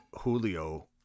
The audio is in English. Julio